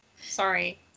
Sorry